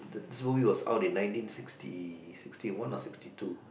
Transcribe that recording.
this movie was out in nineteen sixty sixty one or sixty two